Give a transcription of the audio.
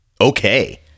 okay